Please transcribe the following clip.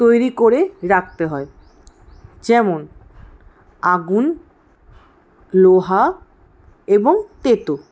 তৈরি করে রাখতে হয় যেমন আগুন লোহা এবং তেতো